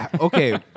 Okay